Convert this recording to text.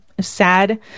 sad